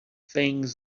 things